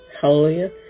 Hallelujah